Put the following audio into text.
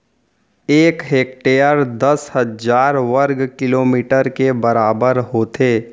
एक हेक्टर दस हजार वर्ग मीटर के बराबर होथे